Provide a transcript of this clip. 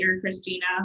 Christina